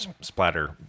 splatter